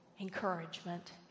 encouragement